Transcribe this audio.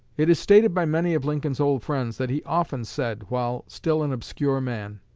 it is stated by many of lincoln's old friends that he often said while still an obscure man,